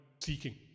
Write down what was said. seeking